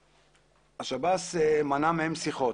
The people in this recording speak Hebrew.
שירות בתי הסוהר מנע מהם שיחות.